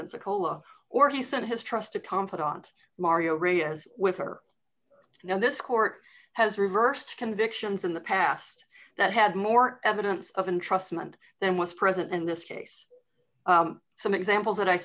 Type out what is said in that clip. pensacola or he sent his trusted confidant mario rhea's with her now this court has reversed convictions in the past that had more evidence of and trust him and then was present in this case some examples that i